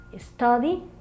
study